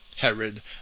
Herod